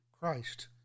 Christ